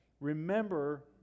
Remember